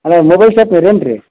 hello mobile ಶಾಪ್ನವ್ರ ಏನು ರೀ